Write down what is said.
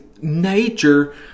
nature